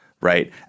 Right